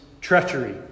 treachery